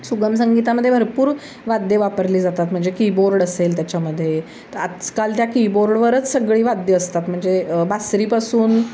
सुगम संगीतामध्ये भरपूर वाद्यं वापरली जातात म्हणजे कीबोर्ड असेल त्याच्यामध्ये तर आजकाल त्या कीबोर्डवरच सगळी वाद्यं असतात म्हणजे बासरीपासून